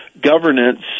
governance